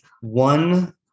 One